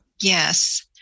Yes